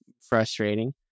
frustrating